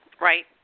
Right